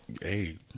hey